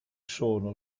sono